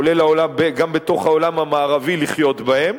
כולל גם בתוך העולם המערבי, לחיות בהם.